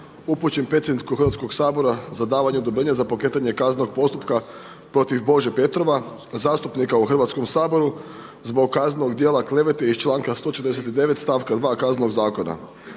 upućen predsjedniku Hrvatskog sabora za davanje odobrenja za pokretanje kaznenog postupka protiv Bože Petrova, zastupnika u Hrvatskom saboru zbog kaznenog djela klevete iz članka 149. stavka 2. Kaznenog zakona.